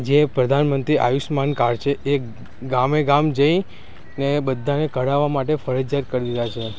જે પ્રધાનમંત્રી આયુષ્યમાન કાર્ડ છે એ ગામે ગામ જઈ અને બધાએ કઢાવવા માટે ફરજિયાત કરી દીધા છે